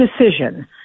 decision